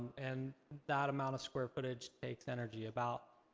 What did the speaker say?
and that amount of square footage takes energy about,